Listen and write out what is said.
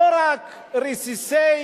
לא רק רסיסי,